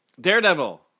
Daredevil